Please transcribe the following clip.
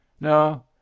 No